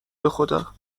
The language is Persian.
بخدا